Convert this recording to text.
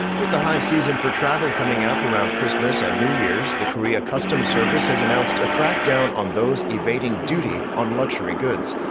with the high season for travel coming up around christmas and new year's, the korea customs service has announced a crackdown on those evading duty on luxury goods.